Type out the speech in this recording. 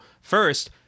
first